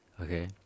Okay